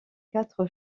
quatre